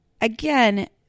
again